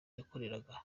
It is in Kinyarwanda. yakoreraga